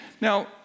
Now